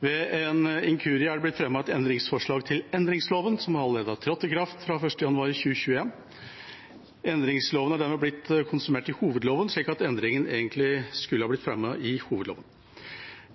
Ved en inkurie har det blitt fremmet et endringsforslag til endringsloven, som allerede har trådt i kraft, fra 1. januar 2021. Endringsloven er dermed blitt konsumert i hovedloven, slik at endringen egentlig skulle blitt fremmet i hovedloven.